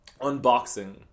unboxing